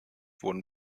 wurden